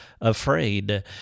afraid